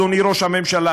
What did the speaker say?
אדוני ראש הממשלה,